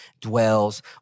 dwells